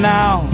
now